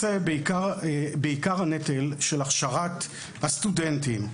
מי שנושא בעיקר הנטל של הכשרת הסטודנטים,